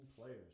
players